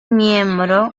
miembro